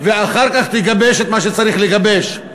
ואחר כך תגבש את מה שצריך לגבש.